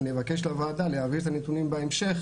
אני מבקש מהוועדה להעביר את הנתונים בהמשך